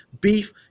beef